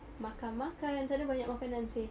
makan makan sana banyak makanan seh